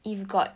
if got